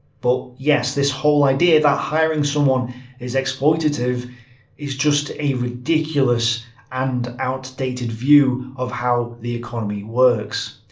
but yes, this whole idea that hiring someone is exploitative is just a ridiculous and outdated view of how the economy works.